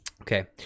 okay